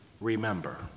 remember